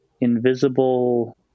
invisible